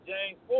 James